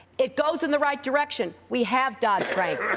it goes in the right direction. we have dodd-frank.